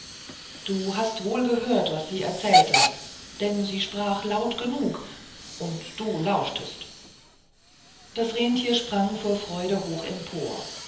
du hast wohl gehört was sie erzählte denn sie sprach laut genug und du lauschtest das renntier sprang vor freude hoch